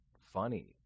funny